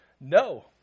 No